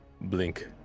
blink